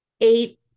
eight